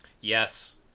Yes